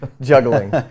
Juggling